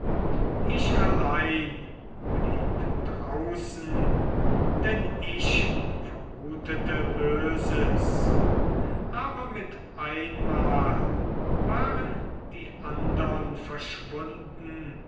ich allein blieb draußen denn ich vermutete böses aber mit einmal waren die andern verschwunden